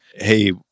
hey